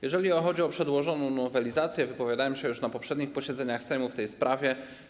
Jeżeli chodzi o przedłożoną nowelizację, to wypowiadałem się już na poprzednich posiedzeniach Sejmu w tej sprawie.